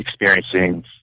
experiencing